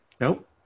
Nope